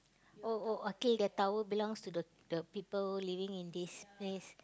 oh oh okay the towel belongs to the the people living in this place